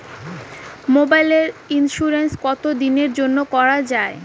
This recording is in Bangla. মোবাইলের ইন্সুরেন্স কতো দিনের জন্যে করা য়ায়?